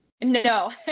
No